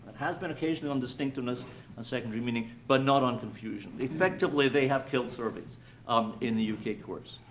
has been occasionally on distinctiveness and secondary meaning but not on confusion. effectively, they have killed surveys um in the u k. courts.